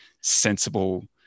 sensible